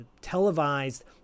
televised